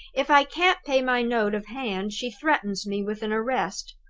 if i can't pay my note of hand, she threatens me with an arrest.